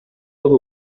heure